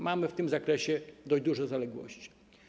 Mamy w tym zakresie dość duże zaległości.